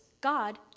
God